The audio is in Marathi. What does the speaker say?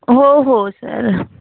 हो हो सर